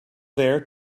there